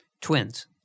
Twins